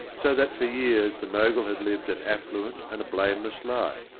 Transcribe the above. so that for years the mogul had lived an affluent and a blameless life,